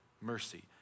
mercy